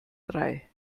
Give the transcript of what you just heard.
drei